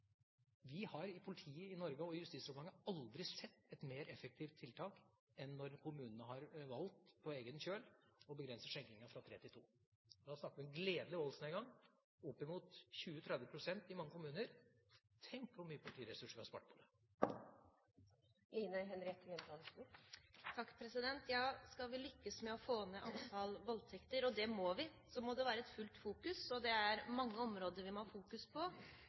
Vi har i politiet i Norge, og i Justisdepartementet, aldri sett et mer effektivt tiltak enn når kommunene har valgt – på egen kjøl – å begrense skjenkingen fra kl. 3 til kl. 2. Da snakker vi om en gledelig voldsnedgang på oppimot 20–30 pst. i mange kommuner. Tenk hvor mye politiressurser vi har spart på det! Ja, skal vi lykkes med å få ned antallet voldtekter – og det må vi – må det være fullt fokus, og det er mange områder vi må ha fokus på